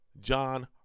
john